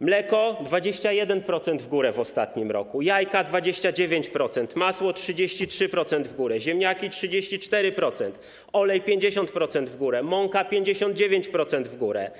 mleko - 21% w górę w ostatnim roku, jajka - 29%, masło - 33%, ziemniaki - 34%, olej - 50%, mąka - 59% w górę.